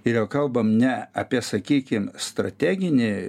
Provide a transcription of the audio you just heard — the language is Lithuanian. ir jau kalbam ne apie sakykim strateginį